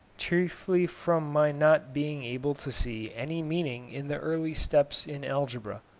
chiefly from my not being able to see any meaning in the early steps in algebra.